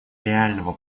реального